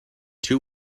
two